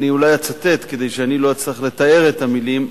אני אולי אצטט, כדי שאני לא אצטרך לתאר את המלים,